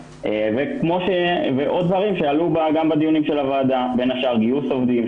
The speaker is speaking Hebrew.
יש עוד דברים שעלו גם בדיונים של הוועדה כמו גיוס עובדים,